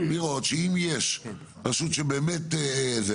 לראות שאם יש רשות שבאמת זה,